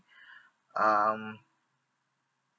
um